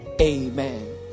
Amen